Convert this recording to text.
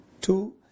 two